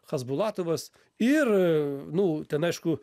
chasbulatovas ir nu ten aišku